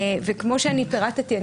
כמו שפירטתי לוועדה,